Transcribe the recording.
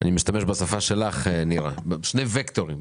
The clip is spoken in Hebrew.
אני משתמש בשפה שלך, נירה וקטורים.